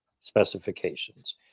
specifications